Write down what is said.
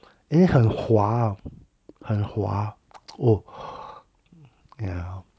eh 很滑 ah 很滑 oh ya